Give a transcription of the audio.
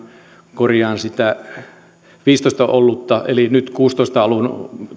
korjaa sitä vuoden viisitoista esitystä eli tämä vuoden kuusitoista alun